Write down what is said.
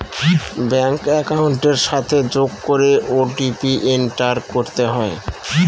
bank একাউন্টের সাথে যোগ করে ও.টি.পি এন্টার করতে হয়